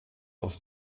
aus